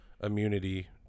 immunity